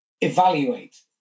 Evaluate